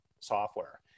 software